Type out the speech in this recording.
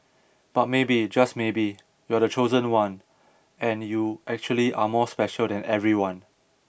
but maybe just maybe you're the chosen one and you actually are more special than everyone